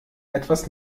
etwas